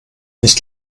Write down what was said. nicht